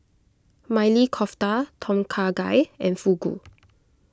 Maili Kofta Tom Kha Gai and Fugu